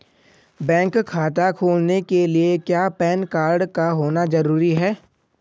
Bank खाता खोलने के लिए क्या पैन कार्ड का होना ज़रूरी है?